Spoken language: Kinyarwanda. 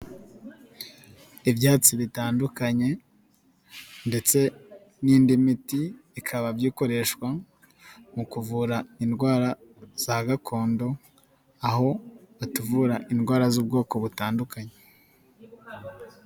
Ibyatsi bitandukanye ndetse n'indi miti, bikaba bikoreshwa mu kuvura indwara za gakondo, aho batuvura indwara z'ubwoko butandukanye.